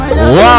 Wow